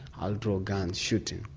i'll draw a gun shooting.